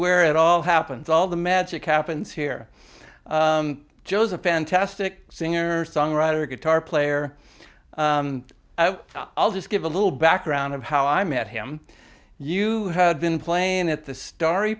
where it all happens all the magic happens here joe's a fantastic singer songwriter guitar player i'll just give a little background of how i met him you had been playing at the st